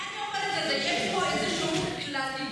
אני אומרת שיש פה משהו כללי.